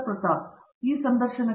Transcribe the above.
ಪ್ರತಾಪ್ ಹರಿಡೋಸ್ ಈ ಸಂದರ್ಶನಕ್ಕೆ